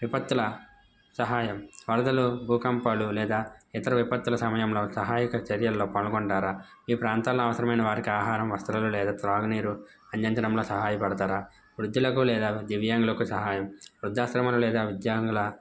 విపత్తుల సహాయం వరదలు భూకంపాలు లేదా ఇతర విపత్తుల సమయంలో సహాయక చర్యల్లో పనుగొంటారా ఈ ప్రాంతాల్లో అవసరమైన వారికి ఆహారం వస్త్రాలు లేదా త్రాగునీరు అందించడంలో సహాయపడతారా వృద్ధులకు లేదా దివ్యాంగులకు సహాయం వృద్ధాశ్రమలు లేదా విద్యాంగుల